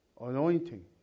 anointing